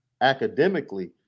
academically